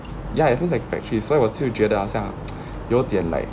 ya its just like a factory 所以我就觉得好像 有点 like